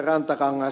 rantakangas